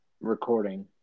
recording